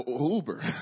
Uber